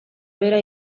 behera